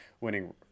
winning